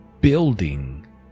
building